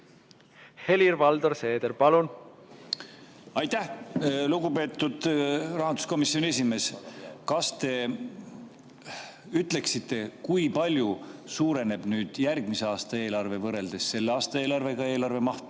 Helir-Valdor Seeder, palun! Aitäh! Lugupeetud rahanduskomisjoni esimees! Kas te ütleksite, kui palju suureneb järgmise aasta eelarve võrreldes selle aasta eelarvega – eelarve maht,